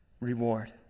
reward